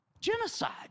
genocide